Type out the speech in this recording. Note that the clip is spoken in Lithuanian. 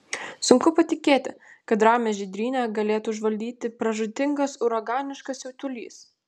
sunku patikėti kad ramią žydrynę galėtų užvaldyti pražūtingas uraganiškas siautulys